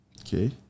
Okay